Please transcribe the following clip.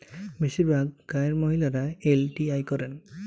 বেশিরভাগ গাঁয়ের মহিলারা এল.টি.আই করেন